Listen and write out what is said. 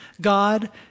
God